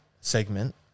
segment